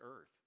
earth